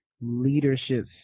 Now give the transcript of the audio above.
leadership